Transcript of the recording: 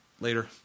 later